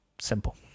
Simple